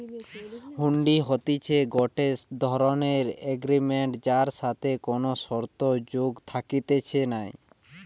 হুন্ডি হতিছে গটে ধরণের এগ্রিমেন্ট যার সাথে কোনো শর্ত যোগ থাকতিছে নাই